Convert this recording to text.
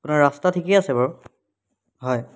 আপোনাৰ ৰাস্তা ঠিকেই আছে বাৰু হয়